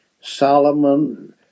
Solomon